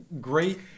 great